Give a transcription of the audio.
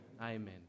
amen